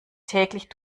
täglich